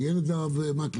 תיאר את זה הרב מקלב,